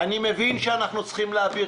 ענייני המדינה, וצריך לאפשר